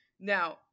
Now